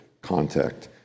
contact